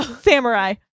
samurai